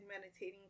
meditating